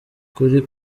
kuri